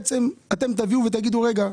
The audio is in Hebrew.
אתם תביאו ותגידו: רגע,